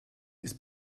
ist